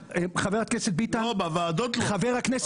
חבר הכנסת ביטן, לא